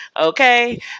Okay